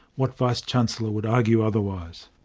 what vice-chancellor would argue otherwise?